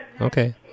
Okay